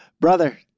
Brother